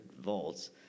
volts